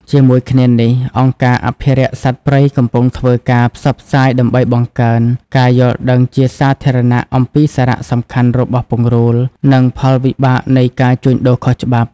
ជាមួយគ្នានេះ អង្គការអភិរក្សសត្វព្រៃកំពុងធ្វើការផ្សព្វផ្សាយដើម្បីបង្កើន ការយល់ដឹងជាសាធារណៈ អំពីសារៈសំខាន់របស់ពង្រូល និងផលវិបាកនៃការជួញដូរខុសច្បាប់។